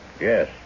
yes